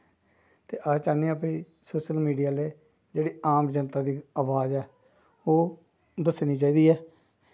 ते अस चाह्न्ने आं भाई सोशल मीडिया आह्ले जेह्ड़ी आम जनता दी अवाज़ ऐ ओह् दस्सनी चाहिदी ऐ